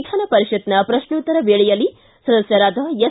ವಿಧಾನಪರಿಷತ್ನ ಪ್ರಶ್ನೋತ್ತರ ವೇಳೆಯಲ್ಲಿ ಸದಸ್ಟರಾದ ಎಸ್